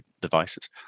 devices